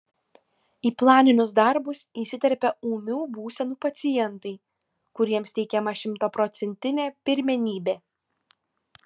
į planinius darbus įsiterpia ūmių būsenų pacientai kuriems teikiama šimtaprocentinė pirmenybė